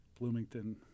Bloomington